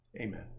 Amen